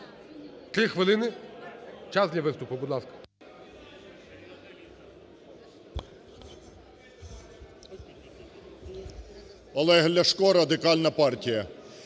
Три хвилини, час для виступу, будь ласка.